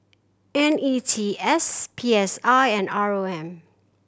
N E T S P S I and R O M